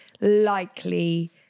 likely